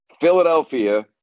Philadelphia